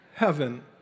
Heaven